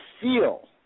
feel